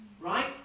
right